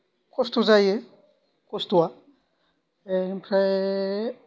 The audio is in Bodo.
खस्थ' जायो खस्थ'आ बेनिफ्राय